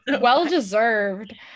well-deserved